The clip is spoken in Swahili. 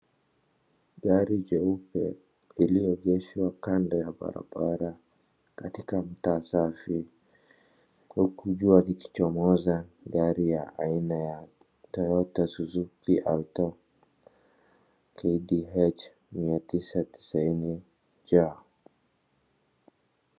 Gari jeupe iliyoegeshwa kando ya barabara katika mtaa safi huku jua likichomoza, gari ya aina ya toyota suzuki alto KDH 990J .